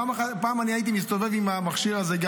פעם הייתי מסתובב גם עם המכשיר הזה.